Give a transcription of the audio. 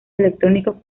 electrónicos